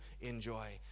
enjoy